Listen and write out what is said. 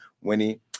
Winnie